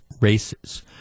races